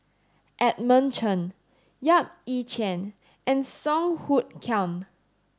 Edmund Chen Yap Ee Chian and Song Hoot Kiam